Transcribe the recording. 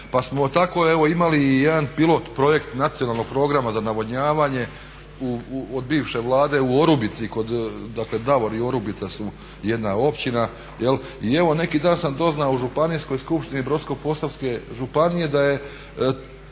pa samo tako evo imali i jedan pilot projekt nacionalnog programa za navodnjavanje od bivše Vlade u Orubici kod, dakle Davor i Orubica su jedna općina. I evo neki dan sam doznao u Županijskoj skupštini Brodsko-posavske županije da je